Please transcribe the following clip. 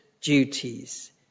duties